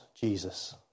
Jesus